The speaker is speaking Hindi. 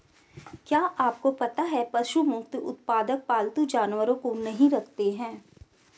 क्या आपको पता है पशु मुक्त उत्पादक पालतू जानवरों को नहीं रखते हैं?